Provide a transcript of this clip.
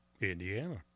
Indiana